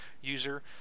user